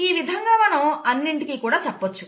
ఈ విధంగా మనం అన్నింటికీ కూడా చెప్పవచ్చు